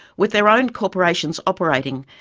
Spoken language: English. with their own corporations operating,